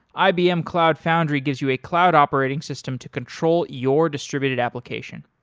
ibm cloud foundry gives you a cloud operating system to control your distributed application.